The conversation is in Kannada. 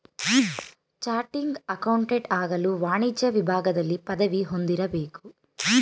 ಚಾಟಿಂಗ್ ಅಕೌಂಟೆಂಟ್ ಆಗಲು ವಾಣಿಜ್ಯ ವಿಭಾಗದಲ್ಲಿ ಪದವಿ ಹೊಂದಿರಬೇಕು